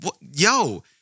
yo